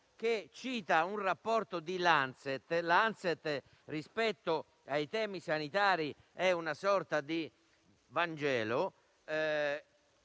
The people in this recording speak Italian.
che cita un rapporto di «The Lancet», che rispetto ai temi sanitari è una sorta di Vangelo,